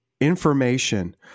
information